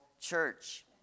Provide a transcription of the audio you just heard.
church